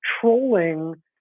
trolling